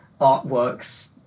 artworks